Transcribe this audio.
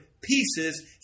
pieces